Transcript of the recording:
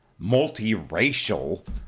multiracial